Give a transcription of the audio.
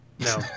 No